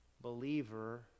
believer